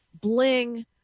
bling